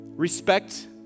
Respect